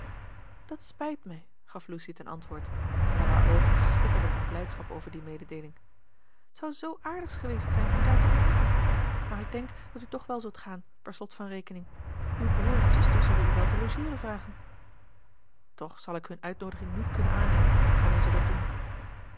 dat spijt mij gaf lucy ten antwoord terwijl haar oogen schitterden van blijdschap over die mededeeling t zou zoo aardig geweest zijn u daar te ontmoeten maar ik denk dat u toch wel zult gaan per slot van rekening uw broer en zuster zullen u wel te logeeren vragen toch zal ik hun uitnoodiging niet kunnen aannemen wanneer ze dat doen